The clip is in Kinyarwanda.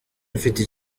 mfite